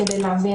רק כדי להבין.